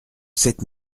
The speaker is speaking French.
sept